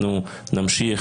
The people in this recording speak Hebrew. אנחנו נמשיך,